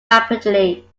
rapidly